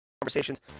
conversations